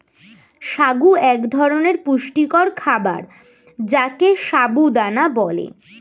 সাগু এক ধরনের পুষ্টিকর খাবার যাকে সাবু দানা বলে